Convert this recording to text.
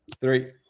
three